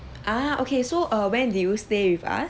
ah okay so err when did you stay with us